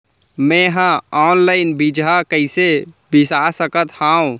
मे हा अनलाइन बीजहा कईसे बीसा सकत हाव